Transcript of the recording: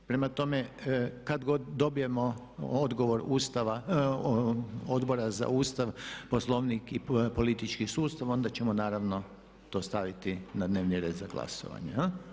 Prema tome, kad god dobijemo odgovor Odbora za Ustav, Poslovnik i politički sustav onda ćemo naravno to staviti na dnevni red za glasovanje.